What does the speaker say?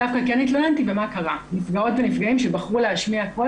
דווקא כן התלוננתי ומה קרה - נפגעות ונפגעים שבחרו להשמיע קול